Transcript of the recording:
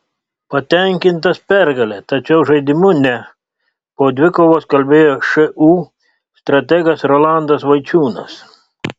patenkintas pergale tačiau žaidimu ne po dvikovos kalbėjo šu strategas rolandas vaičiūnas